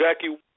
Jackie